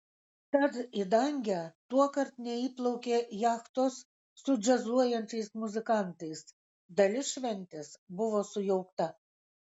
tad į dangę tuokart neįplaukė jachtos su džiazuojančiais muzikantais dalis šventės buvo sujaukta